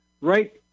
right